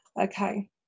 Okay